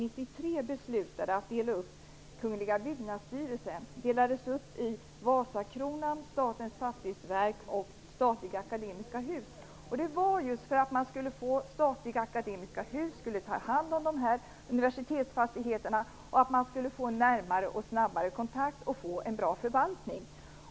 År 1993 Statliga Akademiska Hus. Det var just för att Statliga Akademiska Hus skulle ta hand om dessa universitetsfastigheter, att man skulle få en närmare och snabbare kontakt och få en bra förvaltning.